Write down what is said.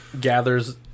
gathers